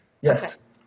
Yes